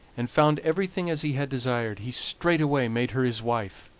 and found everything as he had desired, he straightway made her his wife,